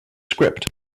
script